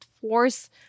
force